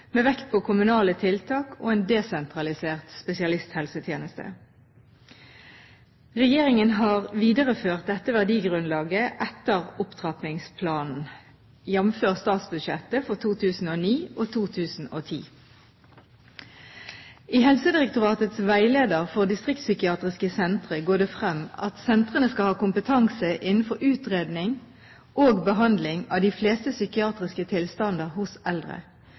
med vekt på kommunale tiltak og en desentralisert spesialisthelsetjeneste. Regjeringen har videreført dette verdigrunnlaget etter opptrappingsplanen, jf. statsbudsjettet for 2009–2010. Av Helsedirektoratets veileder for distriktspsykiatriske sentre går det frem at sentrene skal ha kompetanse innenfor utredning og behandling av de fleste psykiatriske tilstander hos eldre.